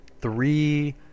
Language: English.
three